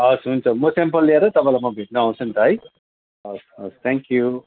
हस् हुन्छ मो स्याम्पल लिएर तपाईँलाई म भेट्नु आउँछु नि त है हस् हस् थ्याङ्कयू